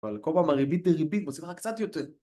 אבל כל פעם הרבית דריבית, מוסיפה לך קצת יותר.